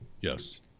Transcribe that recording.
Yes